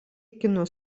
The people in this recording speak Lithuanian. kino